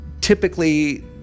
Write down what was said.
typically